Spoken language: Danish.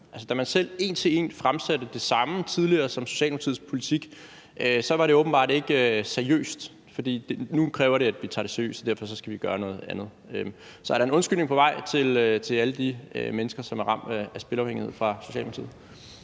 Da man selv en til en fremsatte det samme tidligere som Socialdemokratiets politik, var det åbenbart ikke seriøst, for nu kræver det, at vi tager det seriøst, og derfor skal vi gøre noget andet. Så er der en undskyldning på vej fra Socialdemokratiets side til alle de mennesker, som er ramt af spilafhængighed? Kl.